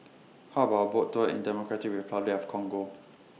How about A Boat Tour in Democratic Republic of Congo